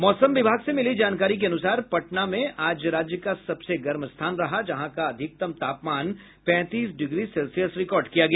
मौसम विभाग से मिली जानकारी के अनूसार पटना आज राज्य का सबसे गर्म स्थान रहा जहां का अधिकतम तापमान पैंतीस डिग्री सेल्सियस रिकॉर्ड किया गया